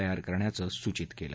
तयार करण्याचं सूचित केलं